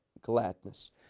gladness